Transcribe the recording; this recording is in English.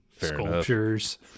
Sculptures